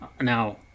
now